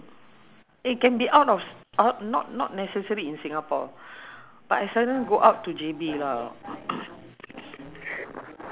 people know more of aiman because aiman is just outside uh aiman is just outside so this one is inside then